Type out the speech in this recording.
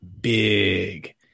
big